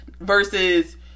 Versus